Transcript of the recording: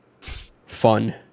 fun